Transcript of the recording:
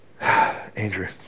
Andrew